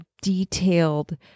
detailed